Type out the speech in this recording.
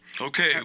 Okay